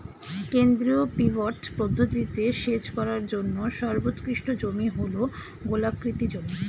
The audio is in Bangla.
কেন্দ্রীয় পিভট পদ্ধতিতে সেচ করার জন্য সর্বোৎকৃষ্ট জমি হল গোলাকৃতি জমি